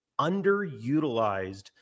underutilized